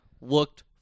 looked